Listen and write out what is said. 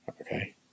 okay